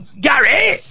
Gary